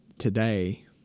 Today